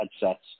headsets